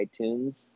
iTunes